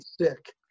sick